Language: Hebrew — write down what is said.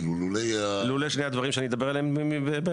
לולא --- לולא שני הדברים שאני אדבר עליהם בהמשך,